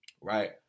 Right